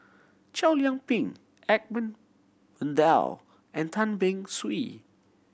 Chow Yian Ping Edmund Blundell and Tan Beng Swee